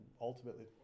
ultimately